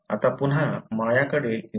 आता पुन्हा मायेकडे येऊ